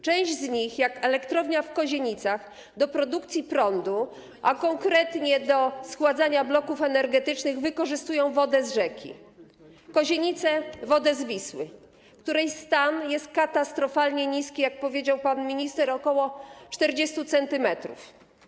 Część z nich, jak elektrownia w Kozienicach, do produkcji prądu, a konkretnie do schładzania bloków energetycznych, wykorzystuje wodę z rzeki, Kozienice - wodę z Wisły, której stan jest katastrofalnie niski, jak powiedział pan minister, ok. 40 cm.